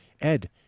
Ed